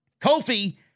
Kofi